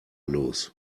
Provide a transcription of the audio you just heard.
los